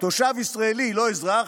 תושב ישראלי, לא אזרח,